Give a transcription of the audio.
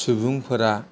सुबुंफोरा